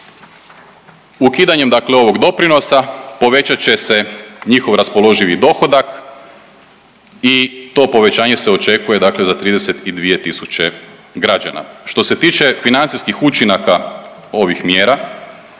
Ukidanjem dakle ovog doprinosa povećat će se njihov raspoloživi dohodak i to povećanje se očekuje dakle za 32 tisuće. Što se tiče financijskih učinaka ovih mjera,